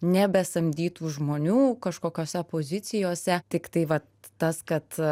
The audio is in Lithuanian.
nebesamdytų žmonių kažkokiose pozicijose tik tai vat tas kad